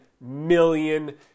million